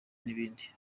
n’ibindi